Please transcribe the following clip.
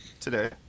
Today